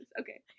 okay